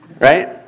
Right